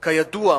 כידוע,